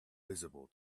visible